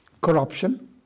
corruption